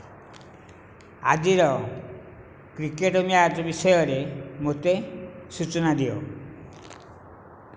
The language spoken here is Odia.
ଆଜିର କ୍ରିକେଟ୍ ମ୍ୟାଚ୍ ବିଷୟରେ ମୋତେ ସୂଚନା ଦିଅ